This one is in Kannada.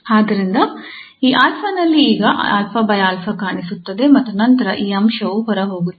ಆದ್ದರಿಂದ ಈ 𝛼 ನಲ್ಲಿ ಈಗ ಕಾಣಿಸುತ್ತದೆ ಮತ್ತು ನಂತರ ಈ ಅಂಶವು ಹೊರಹೋಗುತ್ತದೆ